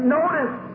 notice